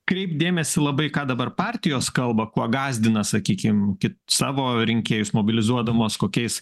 kreipt dėmesį labai ką dabar partijos kalba kuo gąsdina sakykim savo rinkėjus mobilizuodamos kokiais